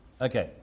Okay